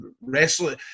Wrestling